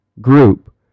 group